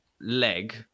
leg